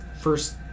first